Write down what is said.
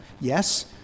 Yes